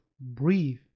breathe